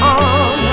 on